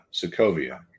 Sokovia